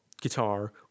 guitar